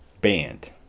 Banned